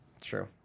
true